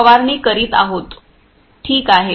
ठीक आहे